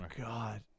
god